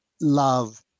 love